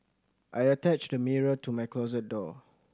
I attached a mirror to my closet door